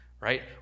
right